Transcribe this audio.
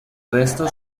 resto